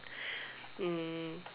um